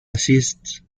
assists